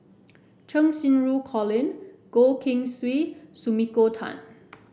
Cheng Xinru Colin Goh Keng Swee Sumiko Tan